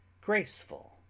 Graceful